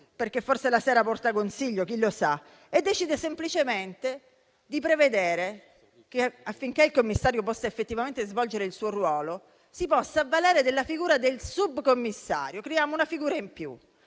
perché forse la sera porta consiglio - e decide semplicemente di prevedere che, affinché il commissario possa effettivamente svolgere il suo ruolo, si possa avvalere della figura del subcommissario, creando una figura in più.